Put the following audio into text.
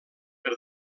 per